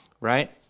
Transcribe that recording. right